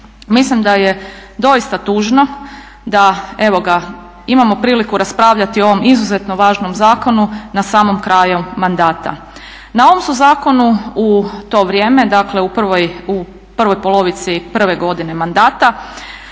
Mislim da je doista tužno da imamo priliku raspravljati o ovom izuzetno važnom zakonu na samom kraju mandata. Na ovom su zakonu u to vrijeme, dakle u prvoj polovici prve godine mandata